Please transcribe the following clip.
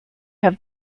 have